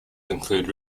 include